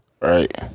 Right